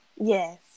Yes